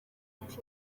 ati